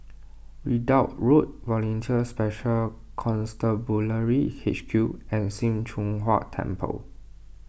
Ridout Road Volunteer Special Constabulary H Q and Sim Choon Huat Temple